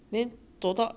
没有 lah